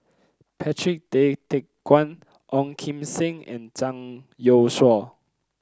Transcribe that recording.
Patrick Tay Teck Guan Ong Kim Seng and Zhang Youshuo